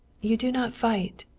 you do not fight.